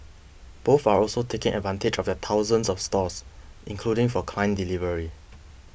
both are also taking advantage of their thousands of stores including for client delivery